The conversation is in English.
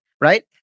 right